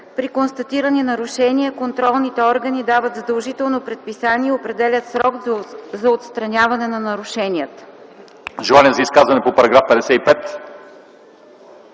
При констатирани нарушения контролните органи дават задължително предписание и определят срок за отстраняване на нарушенията.”